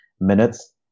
minutes